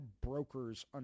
brokers